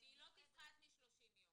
שלא תפחת מ-30 יום